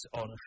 on